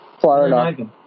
Florida